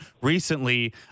recently